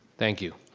thank you.